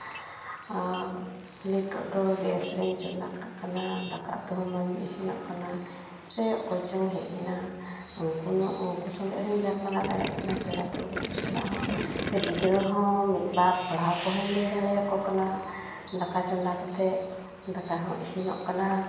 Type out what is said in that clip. ᱟᱨ ᱱᱤᱛᱳᱜ ᱫᱚ ᱜᱮᱥ ᱨᱤᱧ ᱪᱚᱸᱫᱟ ᱠᱟᱜ ᱠᱟᱱᱟ ᱫᱟᱠᱟ ᱩᱛᱩ ᱦᱚᱸ ᱢᱚᱡᱽ ᱜᱮ ᱤᱥᱤᱱᱚᱜ ᱠᱟᱱᱟ ᱥᱮ ᱚᱠᱚᱭ ᱪᱚᱝ ᱦᱮᱡ ᱮᱱᱟ ᱩᱝᱠᱩ ᱧᱚᱜ ᱩᱝᱠᱩ ᱥᱚᱸᱜᱮ ᱦᱩᱧ ᱜᱟᱞᱢᱟᱨᱟᱣ ᱫᱟᱲᱮᱭᱟᱜ ᱠᱟᱱᱟ ᱯᱮᱲᱟ ᱯᱟᱹᱨᱵᱷᱟᱹ ᱠᱚ ᱥᱟᱞᱟᱜ ᱦᱚᱸ ᱥᱮ ᱜᱤᱫᱽᱨᱟᱹ ᱦᱚᱸ ᱢᱤᱫᱼᱵᱟᱨ ᱯᱟᱲᱦᱟᱣ ᱠᱚᱦᱚᱸᱧ ᱞᱟᱹᱭ ᱫᱟᱲᱮᱭᱟᱠᱚ ᱠᱟᱱᱟ ᱫᱟᱠᱟ ᱪᱚᱸᱫᱟ ᱠᱟᱛᱮᱫ ᱫᱟᱠᱟ ᱦᱚᱸ ᱤᱥᱤᱱᱚᱜ ᱠᱟᱱᱟ